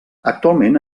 actualment